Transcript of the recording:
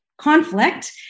conflict